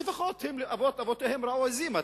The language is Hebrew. לפחות אבות אבותיהם רעו עזים.